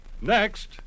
Next